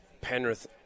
Penrith